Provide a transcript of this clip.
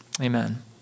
amen